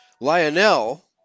Lionel